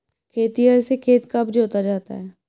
खेतिहर से खेत कब जोता जाता है?